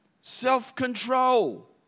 self-control